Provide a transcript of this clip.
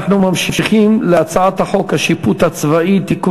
אנחנו ממשיכים להצעת חוק השיפוט הצבאי (תיקון